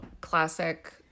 classic